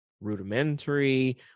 rudimentary